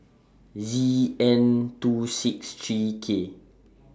Z N two six three K